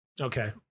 okay